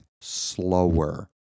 slower